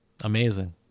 Amazing